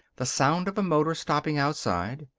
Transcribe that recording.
the sound of a motor stopping outside.